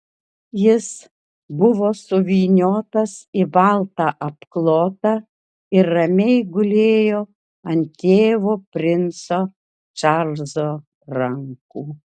jis buvo suvyniotas į baltą apklotą ir ramiai gulėjo ant tėvo princo čarlzo rankų